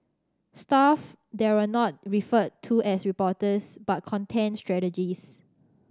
staff there are not referred to as reporters but content strategist